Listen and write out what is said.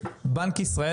בנק ישראל,